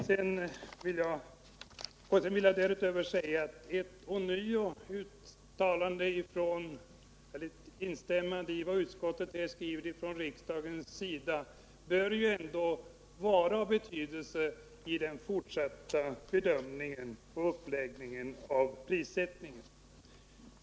Därutöver vill jag säga att ett instämmande ånyo från riksdagen i vad utskottet här skriver ändå borde vara av betydelse för den fortsatta bedömningen av uppläggningen och prissättningen.